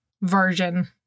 version